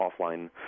offline